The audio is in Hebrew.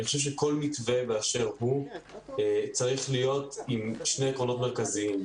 אני חושב שכל מתווה באשר הוא צריך להיות עם שני עקרונות מרכזיים,